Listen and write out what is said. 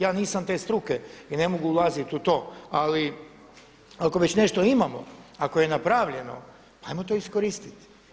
Ja nisam te struke i ne mogu ulaziti u to, ali ako već nešto imamo, ako je napravljeno pa ajmo to iskoristiti.